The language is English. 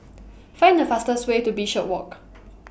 Find The fastest Way to Bishopswalk